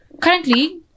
currently